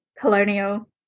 colonial